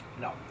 No